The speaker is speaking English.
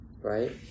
right